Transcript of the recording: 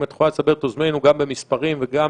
אם את יכולה לסבר את אוזנינו גם במספרים וגם